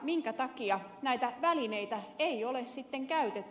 minkä takia näitä välineitä ei ole sitten käytetty